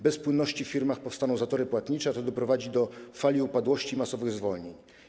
Bez płynności w firmach powstaną zatory płatnicze, a to doprowadzi do fali upadłości i masowych zwolnień.